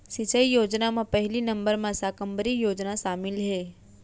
सिंचई योजना म पहिली नंबर म साकम्बरी योजना सामिल हे